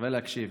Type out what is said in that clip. שווה להקשיב: